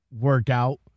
workout